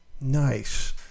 Nice